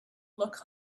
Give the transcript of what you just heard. look